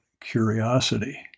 curiosity